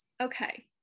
Okay